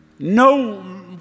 No